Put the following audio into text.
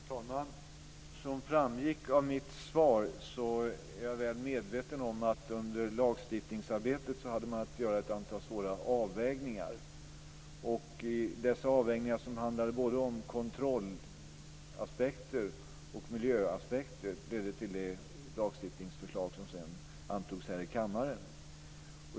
Fru talman! Som framgick av mitt svar är jag väl medveten om att man under lagstiftningsarbetet hade att göra ett antal svåra avvägningar. Dessa avvägningar, som handlade om både kontrollaspekter och miljöaspekter, ledde till det lagstiftningsförslag som sedan antogs i kammaren.